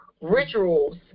rituals